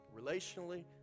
relationally